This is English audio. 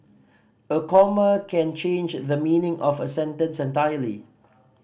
a comma can change the meaning of a sentence entirely